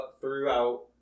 throughout